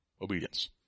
Obedience